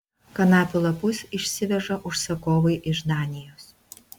kanapių lapus išsiveža užsakovai iš danijos